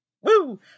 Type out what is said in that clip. woo